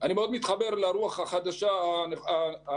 אני מאוד מתחבר לרוח החדשה העכשווית,